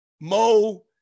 Mo